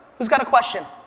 who's got a question?